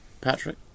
Patrick